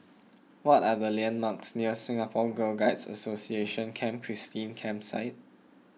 what are the landmarks near Singapore Girl Guides Association Camp Christine Campsite